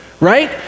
right